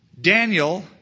Daniel